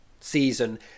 season